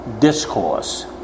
Discourse